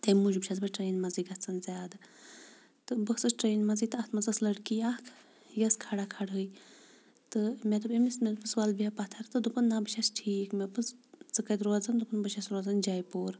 تمہِ موٗجوٗب چھس بہٕ ٹرینہِ منٛزٕے گژھان زیادٕ تہٕ بہٕ ٲسٕس ٹرینہِ منٛزٕے تہٕ اتھ منٛز ٲس لڑکی اکھ یہِ ٲسۍ کھڑا کھڑہٕے تہٕ مےٚ دوٚپ أمِس مےٚ دوٚپُس ولہٕ بِیٚہہ پَتھر تہٕ دوٚپُن نہ بہٕ چھس ٹھیٖک مےٚ دوٚپُس ژٕ کتہِ روزان دوٚپُن بہٕ چھس روزان جے پوٗر